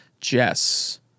Jess